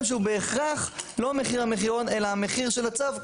שהוא בהכרח לא מחיר המחירון אלא המחיר של הצו,